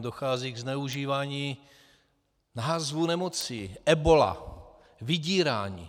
Dochází ke zneužívání názvů nemocí ebola, vydírání.